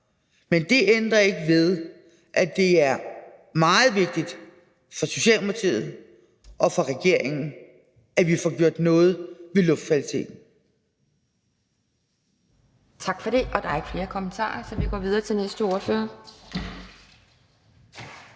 Men det ændrer ikke ved, at det er meget vigtigt for Socialdemokratiet og for regeringen, at vi får gjort noget ved luftkvaliteten.